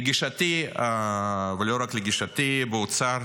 לגישתי, ולא רק לגישתי, באוצר